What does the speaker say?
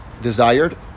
desired